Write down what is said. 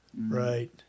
Right